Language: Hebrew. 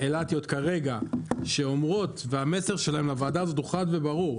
אילתיות כרגע שאומרות והמסר שלהם לוועדה הזאת הוא חד וברור,